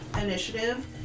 initiative